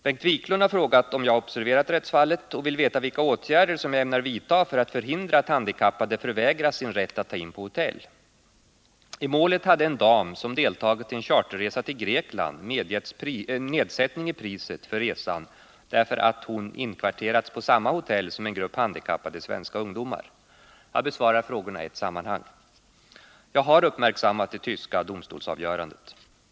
Bengt Wiklund har frågat om jag har observerat rättsfallet och vill veta vilka åtgärder som jag ämnar vidta för att förhindra att handikappade förvägras sin rätt att ta in på hotell. Jag besvarar frågorna i ett sammanhang. Jag har uppmärksammat det tyska domstolsavgörandet.